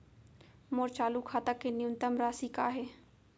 मोर चालू खाता के न्यूनतम राशि का हे?